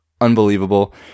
unbelievable